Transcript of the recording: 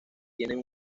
tienen